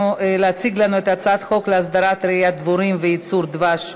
את הצעת חוק להסדרת רעיית דבורים וייצור דבש,